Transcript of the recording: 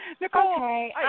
Nicole